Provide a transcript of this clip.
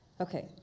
Okay